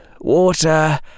water